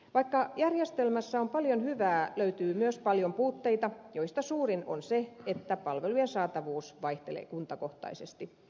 vaikka järjestelmässä on paljon hyvää löytyy myös paljon puutteita joista suurin on se että palvelujen saatavuus vaihtelee kuntakohtaisesti